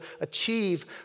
achieve